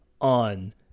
on